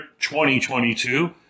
2022